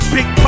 Big